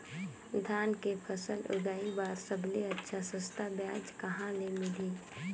धान के फसल उगाई बार सबले अच्छा सस्ता ब्याज कहा ले मिलही?